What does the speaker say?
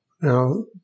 now